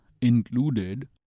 included